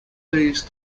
these